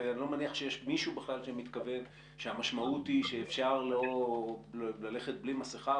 ואני לא מניח שיש מישהו שמתכוון שהמשמעות היא שאפשר ללכת בלי מסכה,